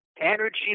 energy